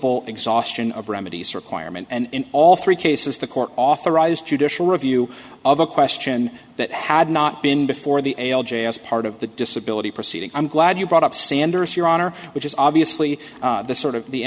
exhaustion of remedies requirement and in all three cases the court authorized judicial review of a question that had not been before the a l j as part of the disability proceeding i'm glad you brought up sanders your honor which is obviously the sort of the